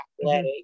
athletic